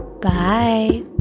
Bye